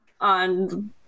On